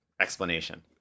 explanation